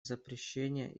запрещения